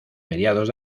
mediados